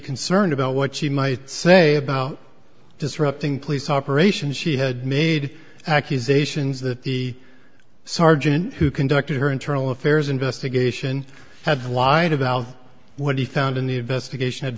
concerned about what she might say about disrupting police operations she had made accusations that the sergeant who conducted her internal affairs investigation had lied about what he found in the investigation had